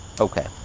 Okay